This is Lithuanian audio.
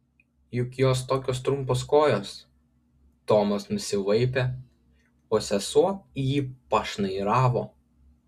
juk jos tokios trumpos kojos tomas nusivaipė o sesuo į jį pašnairavo